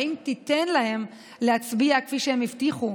האם תיתן להם להצביע כפי שהם הבטיחו,